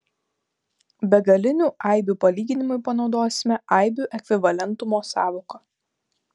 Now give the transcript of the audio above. begalinių aibių palyginimui panaudosime aibių ekvivalentumo sąvoką